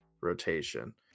rotation